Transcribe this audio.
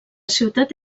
ciutat